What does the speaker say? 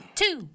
two